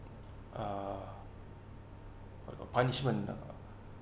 uh punishment